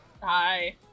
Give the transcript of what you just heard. hi